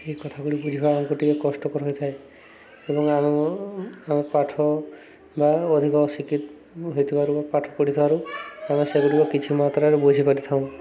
ଏହି କଥାଗୁଡ଼ିକ ବୁଝିବା ଆମକୁ ଟିକେ କଷ୍ଟକର ହୋଇଥାଏ ଏବଂ ଆମ ଆମ ପାଠ ବା ଅଧିକ ଶିକ୍ଷିତ ହୋଇଥିବାରୁ ବା ପାଠ ପଢ଼ିଥିବାରୁ ଆମେ ସେଗୁଡ଼ିକ କିଛି ମାତ୍ରାରେ ବୁଝିପାରିଥାଉ